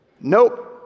Nope